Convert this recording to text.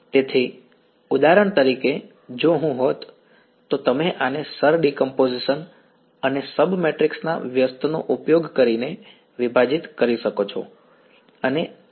તેથી ઉદાહરણ તરીકે જો હું હોત તો તમે આને શર ડીકંપોઝિશન અને સબ મેટ્રિક્સના વ્યસ્ત નો ઉપયોગ કરીને વિભાજિત કરી શકો છો અને છે